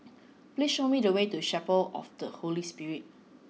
please show me the way to Chapel of the Holy Spirit